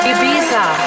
Ibiza